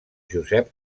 josep